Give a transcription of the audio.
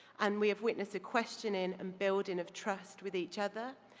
and we have witnessed a questioning and building of trust with each other.